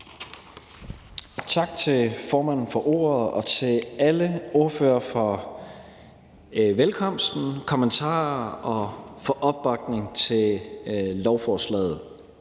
Tak til formanden for ordet. Og tak til alle ordførere for velkomsten og kommentarerne og for opbakningen til lovforslaget.